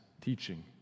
teaching